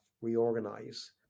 reorganize